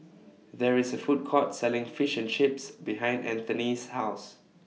There IS Food Court Selling Fish and Chips behind Anthony's House